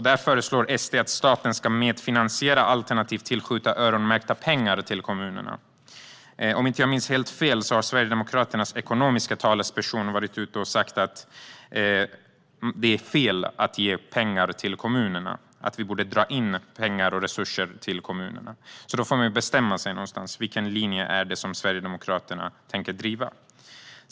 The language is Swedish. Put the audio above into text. Där föreslår SD att staten ska medfinansiera eller tillskjuta öronmärkta pengar till kommunerna. Om jag inte minns helt fel har Sverigedemokraternas ekonomisk-politiska talesperson varit ute och sagt att det är fel att ge pengar till kommunerna och att man borde dra in pengar och resurser till kommunerna. Någonstans får man bestämma sig. Vilken linje tänker Sverigedemokraterna driva?